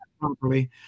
properly